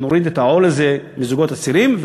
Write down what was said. ונוריד את העול הזה מהזוגות הצעירים.